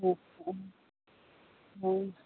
অ